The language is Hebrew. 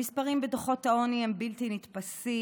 המספרים בדוחות העוני הם בלתי נתפסים.